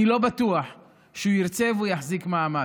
אני לא בטוח שהוא ירצה והוא יחזיק מעמד.